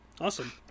awesome